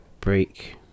break